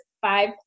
five